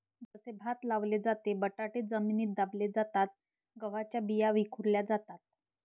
जसे भात लावले जाते, बटाटे जमिनीत दाबले जातात, गव्हाच्या बिया विखुरल्या जातात